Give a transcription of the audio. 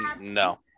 No